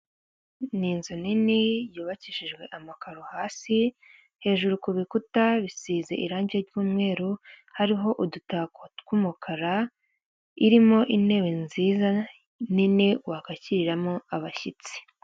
Ni inzu nini yubakishijwe amakaro hasi, hejuru ku bikuta bisize irange ry'umweru hariho udutako tw'umukara, irimo intebe nziza nini wakakiriramo abashyitsi.